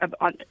on